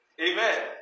Amen